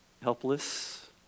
Helpless